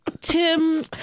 Tim